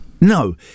No